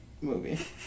movie